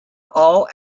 all